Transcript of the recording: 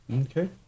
Okay